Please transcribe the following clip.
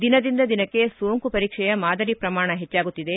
ದಿನದಿಂದ ದಿನಕ್ಕೆ ಸೋಂಕು ಪರೀಕ್ಷೆಯ ಮಾದರಿ ಪ್ರಮಾಣ ಹೆಚ್ಚಾಗುತ್ತಿದೆ